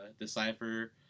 decipher